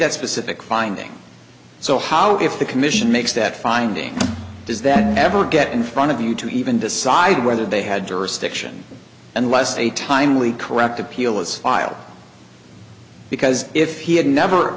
that specific findings so how if the commission makes that finding does that ever get in front of you to even decide whether they had jurisdiction unless a timely correct appeal is filed because if he had never